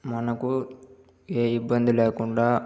మనకు ఏ ఇబ్బంది లేకుండా